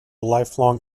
lifelong